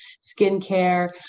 skincare